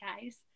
guys